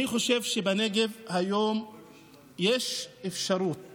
אני חושב שבנגב היום יש אפשרות